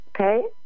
okay